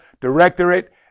Directorate